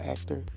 Actor